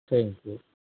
thank you